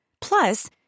Plus